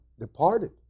departed